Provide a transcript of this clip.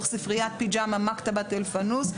"ספריית פיג'מה" מַכְּתָבַּת אַלפַאנוּס,